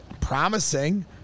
promising